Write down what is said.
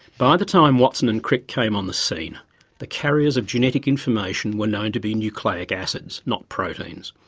by the time watson and crick came on the scene the carriers of genetic information were known to be nucleic acids, not proteins.